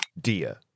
Dia